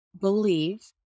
believe